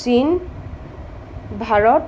চীন ভাৰত